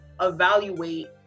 evaluate